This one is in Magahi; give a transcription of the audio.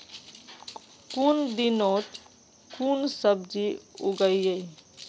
कुन दिनोत कुन सब्जी उगेई?